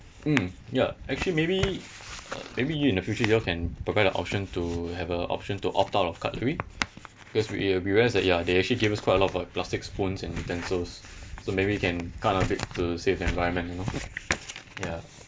mm ya actually maybe uh maybe you in the future you all can provide the option to have a option to opt out of cutlery because we we realised that ya they actually gave us quite a lot of like plastic spoons and utensils so maybe you can cut off it to save the environment you know ya